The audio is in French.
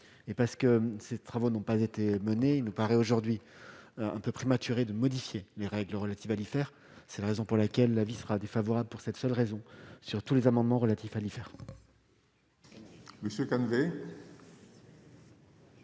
et parce que ces travaux n'ont pas été menée, il nous paraît aujourd'hui un peu prématuré de modifier les règles relatives à l'hiver, c'est la raison pour laquelle l'avis sera défavorable pour cette seule raison sur tous les amendements relatifs à l'hiver.